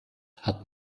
hat